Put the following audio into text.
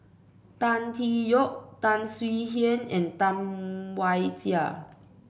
Tan Tee Yoke Tan Swie Hian and Tam Wai Jia